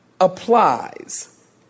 applies